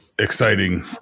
exciting